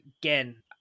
Again